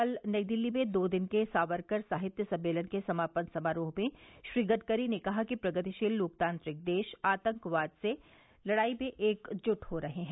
कल नई दिल्ली में दो दिन के सावरकर साहित्य सम्मेलन के समापन समारोह में श्री गडकरी ने कहा कि प्रगतिशील लोकतांत्रिक देश आतंकवाद से लड़ाई में एक ज्ट हो रहे हैं